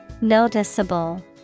Noticeable